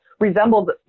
resembled